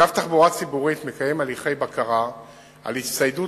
אגף תחבורה ציבורית מקיים הליכי בקרה על הצטיידות